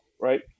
right